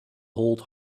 hold